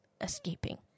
escaping